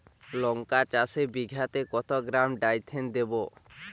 লঙ্কা চাষে বিঘাতে কত গ্রাম ডাইথেন দেবো?